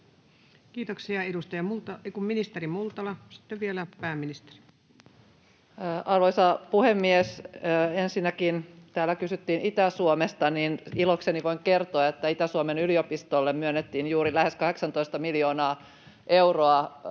annettavista esityksistä Time: 17:05 Content: Arvoisa puhemies! Ensinnäkin, kun täällä kysyttiin Itä-Suomesta, niin ilokseni voin kertoa, että Itä-Suomen yliopistolle myönnettiin juuri lähes 18 miljoonaa euroa